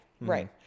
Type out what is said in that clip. right